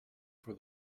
for